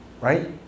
right